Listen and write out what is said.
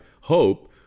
hope